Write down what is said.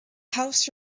house